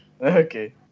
Okay